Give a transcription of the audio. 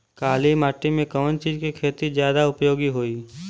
काली माटी में कवन चीज़ के खेती ज्यादा उपयोगी होयी?